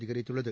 அதிகரித்துள்ளது